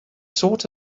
sort